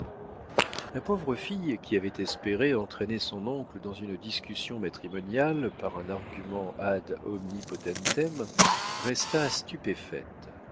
la pauvre fille qui avait espéré entraîner son oncle dans une discussion matrimoniale par un argument ad omnipotentem resta stupéfaite